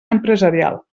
empresarial